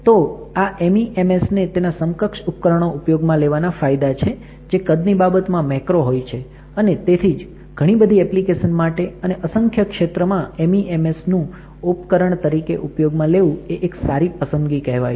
તો આ MEMS ને તેના સમકક્ષ ઉપકરણો ઉપયોગ માં લેવાના ફાયદા છે જે કદની બાબત માં મેક્રો હોય છે અને તેથી જ ઘણી બધી ઍપ્લિકેશન માટે અને અસંખ્ય ક્ષેત્ર માં MEMES નું ઉપકરણ તરીકે ઉપયોગ માં લેવું એ એક સારી પસંદગી કહેવાય છે